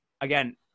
again